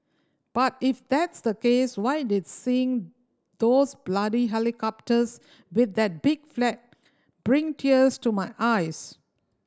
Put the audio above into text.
but if that's the case why did seeing those bloody helicopters with that big flag bring tears to my eyes